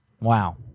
Wow